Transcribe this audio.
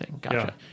gotcha